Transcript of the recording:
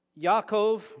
Yaakov